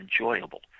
enjoyable